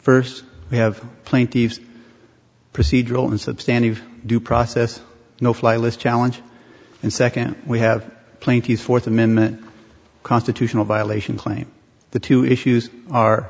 first we have plaintiff's procedural and substandard due process no fly list challenge and second we have plenty of fourth amendment constitutional violation claim the two issues are